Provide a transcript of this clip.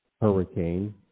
hurricane